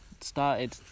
started